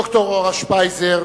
ד"ר אורה שפייזר,